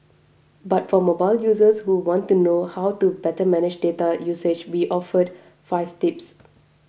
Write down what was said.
but for mobile users who want to know how to better manage data usage we offered five tips